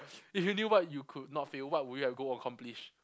if you knew what you could not fail what would you have go accomplish